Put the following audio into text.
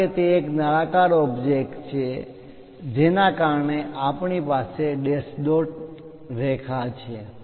કારણ કે તે એક નળાકાર ઓબ્જેક્ટ છે જેના કારણે આપણી પાસે ડેશ ડોટ રેખા લાઇન line છે